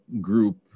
group